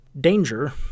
danger